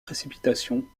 précipitations